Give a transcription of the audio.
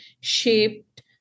shaped